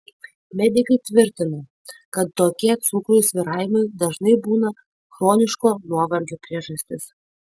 medikai tvirtina kad tokie cukraus svyravimai dažnai būna chroniško nuovargio priežastis